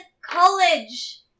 college